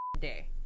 day